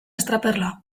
estraperloa